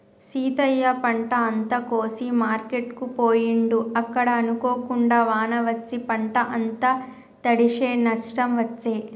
సీతయ్య పంట అంత కోసి మార్కెట్ కు పోయిండు అక్కడ అనుకోకుండా వాన వచ్చి పంట అంత తడిశె నష్టం వచ్చే